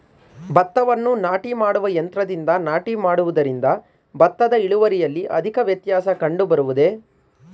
ಭತ್ತವನ್ನು ನಾಟಿ ಮಾಡುವ ಯಂತ್ರದಿಂದ ನಾಟಿ ಮಾಡುವುದರಿಂದ ಭತ್ತದ ಇಳುವರಿಯಲ್ಲಿ ಅಧಿಕ ವ್ಯತ್ಯಾಸ ಕಂಡುಬರುವುದೇ?